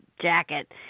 jacket